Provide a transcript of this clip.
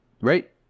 right